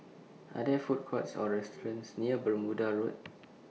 Are There Food Courts Or restaurants near Bermuda Road